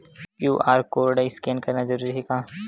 QR code scan करना जरूरी हे का?